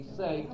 say